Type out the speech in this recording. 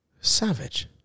Savage